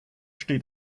steht